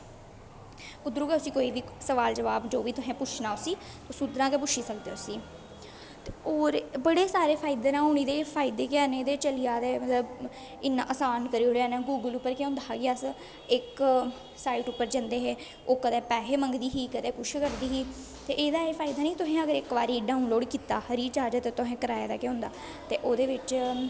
उद्धरां गै उस्सी कोई स्वाल जवाब जो बी तुसें पुच्छना उस्सी उद्धरां गै पुच्छी सकदे ओ उस्सी ते होर बड़े सारे फायदै न हून एह्दे एह् फायदे न चली जा'रदे मतलब इन्ना आसान करी ओङ़ेआ इ'नें गुगल उप्पर होंदा हा कि अस इक साइट उप्पर जंदे है ओह् कदैं पेसे नेईं ही मंगदी कदैं कुछ करदी ही ते एह्दा एह् फायदा नेईं केह् तुसें इक बारी डाउनलाउड कीता रिचार्ज ते तुसें कराए दा गै होंदा ओह्दे बिच